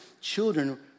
children